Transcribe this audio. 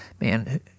man—